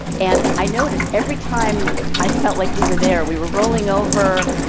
and i noticed every time i felt like we were there, we were rolling over,